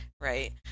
Right